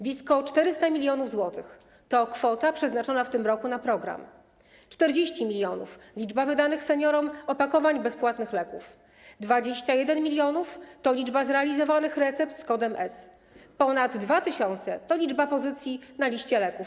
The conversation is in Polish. Blisko 400 mln zł to kwota przeznaczona w tym roku na program, 40 mln - liczba wydanych seniorom opakowań bezpłatnych leków, 21 mln to liczba zrealizowanych recept z kodem S, ponad 2 tys. to liczba pozycji na liście leków.